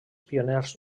pioners